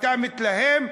אתה מתלהם,